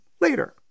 later